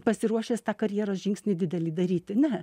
pasiruošęs tą karjeros žingsnį didelį daryti ne